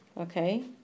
okay